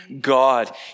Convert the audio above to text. God